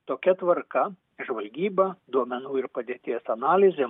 tokia tvarka žvalgyba duomenų ir padėties analizė